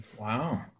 Wow